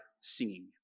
singing